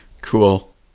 Cool